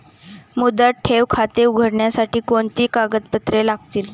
मुदत ठेव खाते उघडण्यासाठी कोणती कागदपत्रे लागतील?